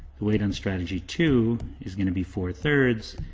latent strategy two, is gonna be four thirds.